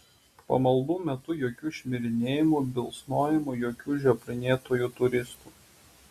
pamaldų metu jokių šmirinėjimų bilsnojimų jokių žioplinėtojų turistų